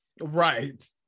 right